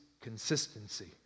consistency